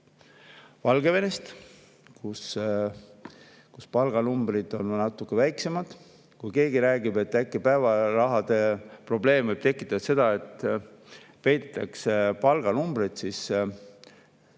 Valgevenest, kus palganumbrid on natukene väiksemad. Kui keegi räägib, et äkki päevarahade probleem võib tekitada seda, et peidetakse palganumbreid, siis